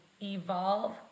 evolve